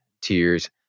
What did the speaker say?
tears